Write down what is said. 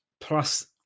plus